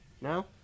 No